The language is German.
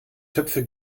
töpfe